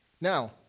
Now